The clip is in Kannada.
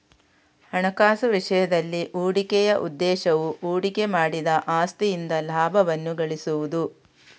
ಹಣಕಾಸು ವಿಷಯದಲ್ಲಿ, ಹೂಡಿಕೆಯ ಉದ್ದೇಶವು ಹೂಡಿಕೆ ಮಾಡಿದ ಆಸ್ತಿಯಿಂದ ಲಾಭವನ್ನು ಗಳಿಸುವುದು